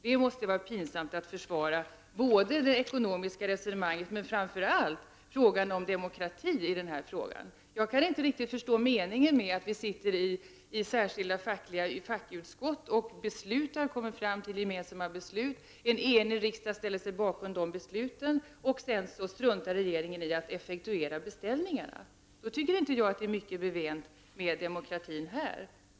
Det måste vara pinsamt att försvara både detta ekonomiska resonemang och framför allt handhavandet av demokratin i denna fråga. Jag kan inte riktigt förstå meningen med att vi sitter i fackutskott och kommer fram till gemensamma beslut, som sedan en enig riksdag ställer sig bakom, om regeringen struntar i att effektuera beställningarna. Då tycker jag inte att det är mycket bevänt med demokratin.